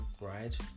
Right